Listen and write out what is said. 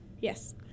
Yes